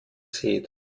sät